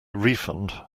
refund